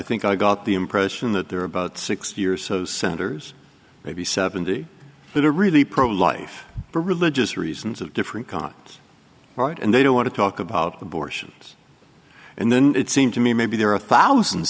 think i got the impression that there are about six years so senators maybe seventy that are really pro life for religious reasons of different kinds right and they don't want to talk about abortions and then it seemed to me maybe there are a thousand